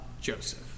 Joseph